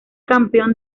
campeón